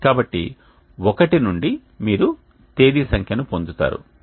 కాబట్టి 1 నుండి మీరు తేదీ సంఖ్యను పొందుతారు